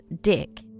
Dick